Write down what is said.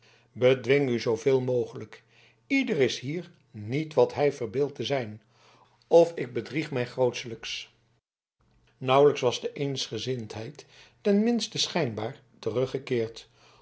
bedwing u zooveel mogelijk ieder is hier niet wat hij verbeeldt te zijn of ik bedrieg mij grootelijks nauwelijks was de eensgezindheid ten minste schijnbaar teruggekeerd